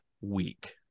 week